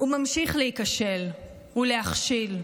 וממשיך להיכשל ולהכשיל,